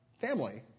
family